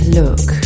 look